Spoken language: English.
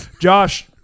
Josh